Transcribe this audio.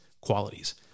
qualities